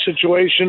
situation